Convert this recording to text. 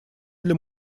для